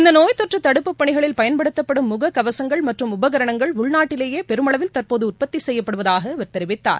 இந்த நோய் தொற்று தடுப்புப் பணிகளில் பயன்படுத்தப்படும் முக கவசங்கள் மற்றும் உபகரணங்கள் உள்நாட்டிலேயே பெருமளவில் தற்போது உற்பத்தி செய்யப்படுவதாக அவர் தெரிவித்தார்